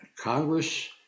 Congress